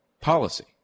policy